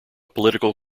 political